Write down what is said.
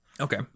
Okay